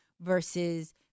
versus